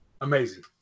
Amazing